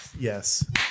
Yes